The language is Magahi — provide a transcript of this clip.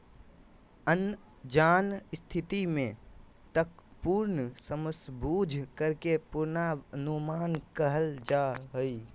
अनजान स्थिति में तर्कपूर्ण समझबूझ करे के पूर्वानुमान कहल जा हइ